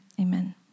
Amen